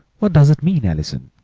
what does it mean, allison?